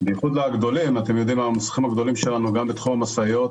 בעיקר הגדולים, גם בתחום המשאיות